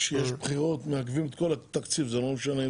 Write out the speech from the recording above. כשיש בחירות מעכבים את כל התקציב, זה לא משנה.